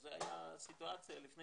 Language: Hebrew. זו הייתה הסיטואציה לפני